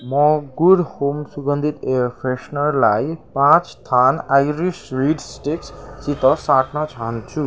म good home सुगन्धित air फ्रेसनरलाई पाँच थान आइरिस रिड स्टिकसित साट्न चाहान्छु